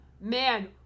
man